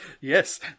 yes